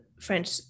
French